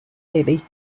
abbey